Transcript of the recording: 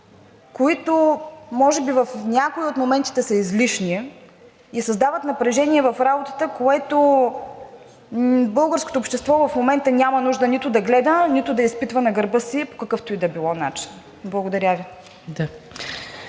които може би в някои от моментите са излишни и създават напрежение в работата, което българското общество в момента няма нужда нито да гледа, нито да изпитва на гърба си по какъвто и да било начин. Благодаря Ви.